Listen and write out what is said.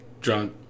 Drunk